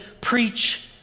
preach